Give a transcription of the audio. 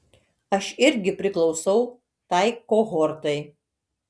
aš irgi priklausau tai kohortai